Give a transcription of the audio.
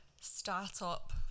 startup